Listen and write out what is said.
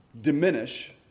diminish